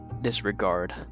disregard